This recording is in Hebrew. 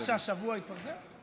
מה שהתפרסם השבוע?